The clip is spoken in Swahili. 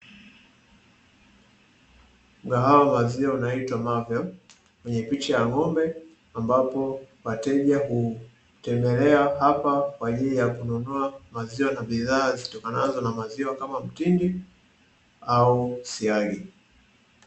Mgawaha wenye jina "marvel" wenye picha ya ng'ombe, ambapo wateja hutembelea hapa kwa ajili ya kununua maziwa na bidhaa zitokanazo na maziwa kama mtindi au siagi.